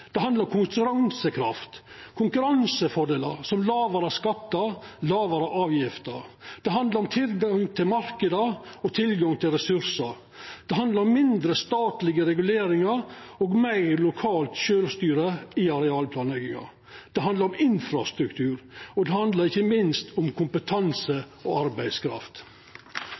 Det handlar om konkurransekraft, om konkurransefordelar som lågare skattar, lågare avgifter. Det handlar om tilgang ut til marknader og tilgang til ressursar. Det handlar om mindre statlege reguleringar og meir lokalt sjølvstyre i arealplanlegginga. Det handlar om infrastruktur, og det handlar ikkje minst om kompetanse og arbeidskraft.